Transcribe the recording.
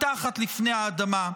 מתחת לפני האדמה.